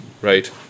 Right